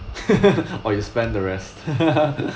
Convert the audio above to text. or you spend the rest